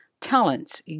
Talents